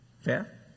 Fair